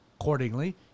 accordingly